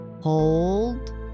hold